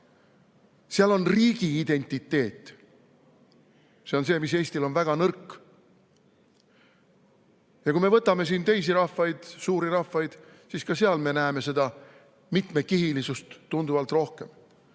Seal on riigi identiteet – see on see, mis Eestil on väga nõrk. Kui me vaatame teisi rahvaid, suuri rahvaid, siis ka seal me näeme seda mitmekihilisust tunduvalt rohkem.